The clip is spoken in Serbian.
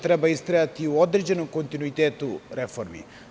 Treba istrajati u određenom kontinuitetu reformi.